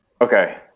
Okay